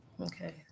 Okay